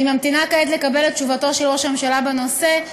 אני ממתינה כעת לקבל את תשובתו של ראש הממשלה בנושא,